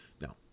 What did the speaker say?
Now